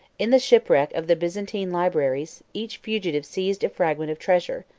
in the shipwreck of the byzantine libraries, each fugitive seized a fragment of treasure,